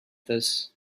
this